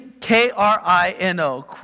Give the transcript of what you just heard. K-R-I-N-O